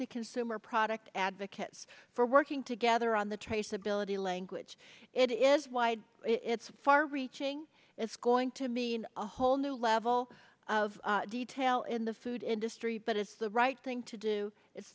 the consumer product advocates for working together on the traceability language it is wide it's far reaching it's going to mean a whole new level of detail in the food industry but it's the right thing to do it's